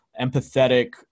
empathetic